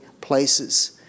places